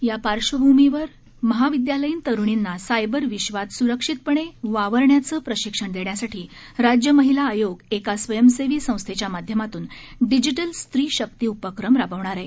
या पार्श्वभूमीवर महाविद्यालयीन तरुणींना सायबर विश्वात सुरक्षितपणे वापरण्याचं प्रशिक्षण देण्यासाठी राज्य महिला आयोग एका स्वयंसेवी संस्थेच्या माध्यमातून डिजीटल स्त्री शक्ती उपक्रम राबवणार आहे